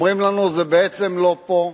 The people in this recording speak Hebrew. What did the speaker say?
אומרים לנו: זה בעצם לא פה,